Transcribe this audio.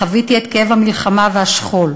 חוויתי את כאב המלחמה והשכול,